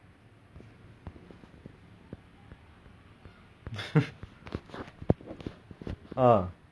so ya so it's like it's like a half half you know like in my school curriculum I play football but